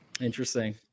Interesting